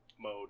mode